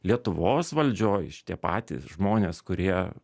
lietuvos valdžioj tie patys žmonės kurie